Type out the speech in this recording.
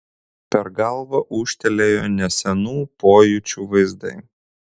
per galvą ūžtelėjo nesenų pojūčių vaizdai